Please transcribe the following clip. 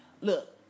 look